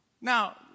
now